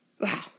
wow